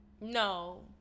No